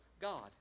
God